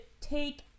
take